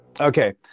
Okay